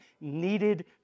needed